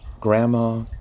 Grandma